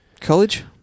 college